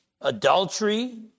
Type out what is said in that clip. Adultery